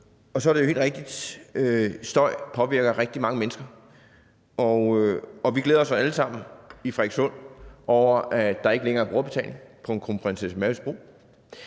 Og så er det jo helt rigtigt: Støj påvirker rigtig mange mennesker. Og vi glæder os alle sammen i Frederikssund over, at der ikke længere er brugerbetaling på Kronprinsesse Marys